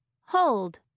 Hold